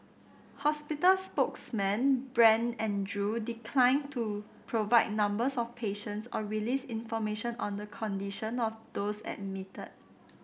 hospital spokesman Brent Andrew declined to provide numbers of patients or release information on the condition of those admitted